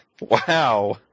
Wow